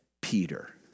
Peter